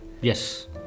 yes